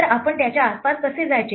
तर आपण याच्या आसपास कसे जायचे